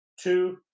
two